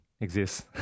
exists